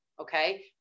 Okay